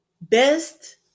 best